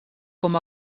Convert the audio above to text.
com